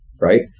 right